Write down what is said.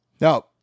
Now